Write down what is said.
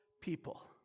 people